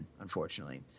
unfortunately